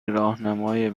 راهنمای